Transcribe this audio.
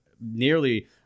nearly